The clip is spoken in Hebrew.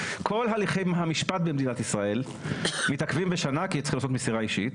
כל הליכי המשפט במדינת ישראל מתעכבים בשנה כי צריך לעשות מסירה אישית.